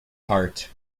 heart